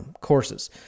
courses